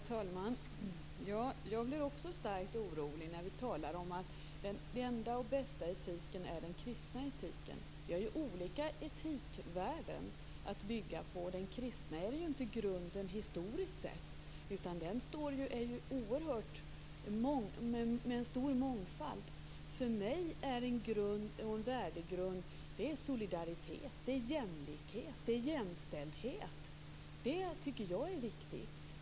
Herr talman! Jag blir också starkt orolig när vi talar om att den enda och bästa etiken är den kristna etiken. Vi har olika etikvärden att bygga på. Den kristna är inte grunden historiskt sett, utan den omfattar en oerhört stor mångfald. För mig är solidaritet, jämlikhet och jämställdhet en värdegrund. Det tycker jag är viktigt.